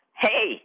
Hey